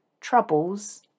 troubles